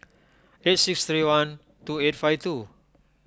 eight six three one two eight five two